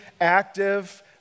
active